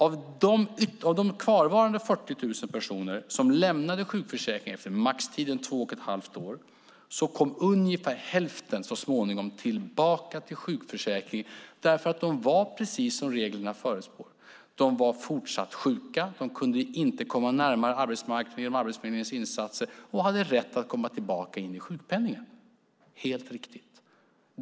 Av de kvarvarande 40 000 personerna som lämnade sjukförsäkringen efter maxtiden två och ett halvt år kom ungefär hälften så småningom tillbaka till sjukförsäkringen, därför att de var precis som reglerna förutspår, fortsatt sjuka, det vill säga de kunde inte komma närmare arbetsmarknaden med Arbetsförmedlingens insatser, och de hade rätt att komma tillbaka in i sjukpenningen. Det är helt riktigt.